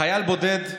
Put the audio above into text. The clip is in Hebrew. חייל בודד,